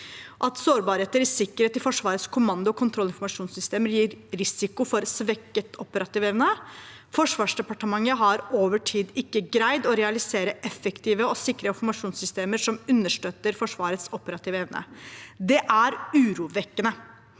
at sårbarheter innen sikkerhet i Forsvarets kommando- og kontrollinformasjonssystemer gir risiko for svekket operativ evne, og at Forsvarsdepartementet over tid ikke har klart å realisere effektive og sikre informasjonssystemer som understøtter Forsvarets operative evne. Det er urovekkende.